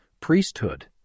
Priesthood